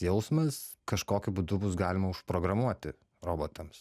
jausmas kažkokiu būdu bus galima užprogramuoti robotams